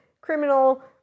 criminal